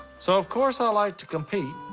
so, of course i like to compete,